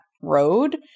road